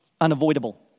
unavoidable